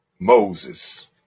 Moses